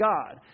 God